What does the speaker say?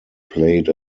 played